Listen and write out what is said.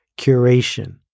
curation